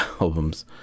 albums